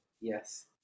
Yes